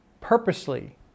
purposely